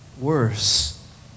worse